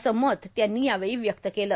असं मत त्यांनी यावेळी व्यक्त केलं